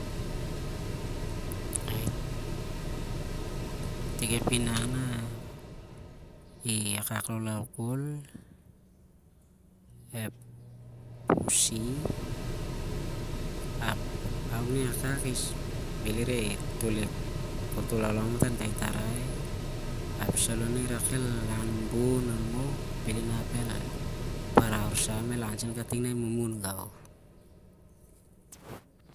Tik ep inang nah i akak laulau khol ep pusi how na sa areh. bhel ireh tol ep toltol laulau on kai tarai api saloh na irak el an bon, o el moh. el an sen kafin na imumun gau